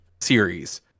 series